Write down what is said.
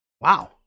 Wow